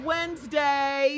Wednesday